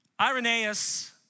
Irenaeus